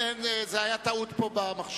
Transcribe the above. טעות במחשב.